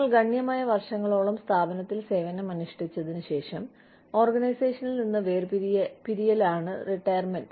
നിങ്ങൾ ഗണ്യമായ വർഷങ്ങളോളം സ്ഥാപനത്തിൽ സേവനമനുഷ്ഠിച്ചതിന് ശേഷം ഓർഗനൈസേഷനിൽ നിന്ന് വേർപിരിയലാണ് റിട്ടയർമൻറ്